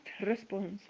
response